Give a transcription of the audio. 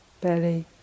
belly